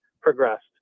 progressed